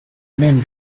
men